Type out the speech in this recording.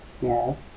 yes